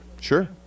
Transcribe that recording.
Sure